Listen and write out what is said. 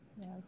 Yes